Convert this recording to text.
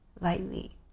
lightly